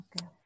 okay